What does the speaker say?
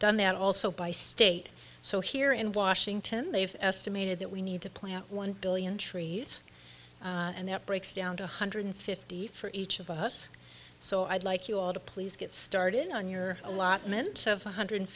done that also by state so here in washington they've estimated that we need to plant one billion trees and that breaks down to one hundred fifty for each of us so i'd like you all to please get started on your allotment of one hundred